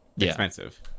expensive